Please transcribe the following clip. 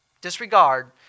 disregard